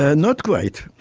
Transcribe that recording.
ah not quite,